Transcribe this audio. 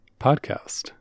podcast